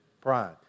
pride